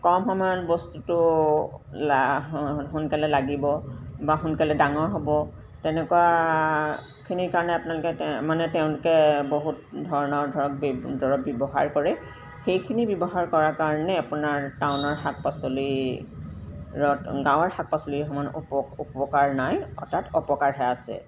কম সময়ত বস্তুটো সোনকালে লাগিব বা সোনকালে ডাঙৰ হ'ব তেনেকুৱাখিনিৰ কাৰণে আপোনালোকে মানে তেওঁলোকে বহুত ধৰণৰ ধৰক ধৰক ব্যৱহাৰ কৰে সেইখিনি ব্যৱহাৰ কৰাৰ কাৰণে আপোনাৰ টাউনৰ শাক পাচলিৰত গাঁৱৰ শাক পাচলিৰ সমান উপকাৰ নাই অৰ্থাৎ অপকাৰহে আছে